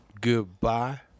goodbye